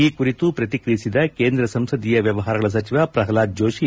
ಈ ಕುರಿತು ಪ್ರಕಿಕಿಯಿಸಿದ ಕೇಂದ್ರ ಸಂಸದೀಯ ವ್ಯವಹಾರಗಳ ಸಚಿವ ಪ್ರಹ್ಲಾದ್ ಜೋಷಿ